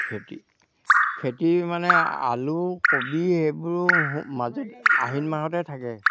খেতি খেতি মানে আলু কবি সেইবোৰো মাজত আহিন মাহতে থাকে